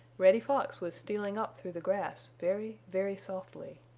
reddy fox was stealing up through the grass very, very softly.